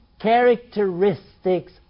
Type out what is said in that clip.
characteristics